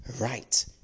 right